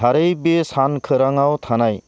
थारै बे सानखौराङाव थानाय